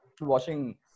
watching